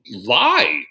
lie